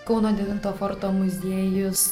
kauno devinto forto muziejus